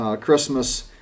Christmas